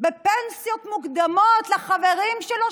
פנסיות מוקדמות לחברים שלו,